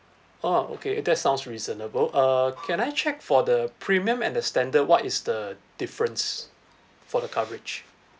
oh okay that sounds reasonable uh can I check for the premium and the standard what is the difference for the coverage